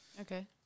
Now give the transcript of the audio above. Okay